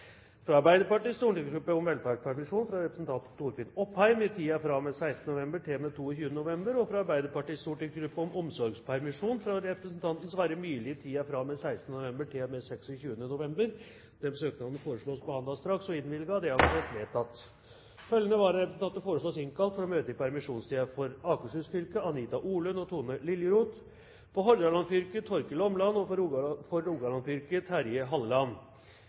fra Arbeiderpartiets stortingsgruppe om velferdspermisjon for representanten Torfinn Opheim i tiden fra og med 16. november til og med 22. november fra Arbeiderpartiets stortingsgruppe om omsorgspermisjon for representanten Sverre Myrli i tiden fra og med 16. november til og med 26. november Etter forslag fra presidenten ble enstemmig besluttet: Søknadene behandles straks og innvilges. Følgende vararepresentanter innkalles for å møte i permisjonstiden: For Akershus fylke: Anita Orlund og Tone Liljeroth For Hordaland fylke: Torkil Åmland For Rogaland fylke: Terje Halleland,